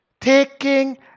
taking